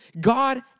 God